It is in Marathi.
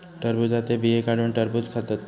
टरबुजाचे बिये काढुन टरबुज खातत